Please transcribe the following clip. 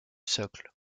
socle